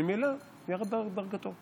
ממילא ירד בדרגתו.